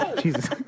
Jesus